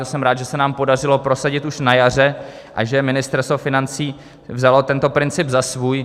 To jsem rád, že se nám podařilo prosadit již na jaře a že Ministerstvo financí vzalo tento princip za svůj.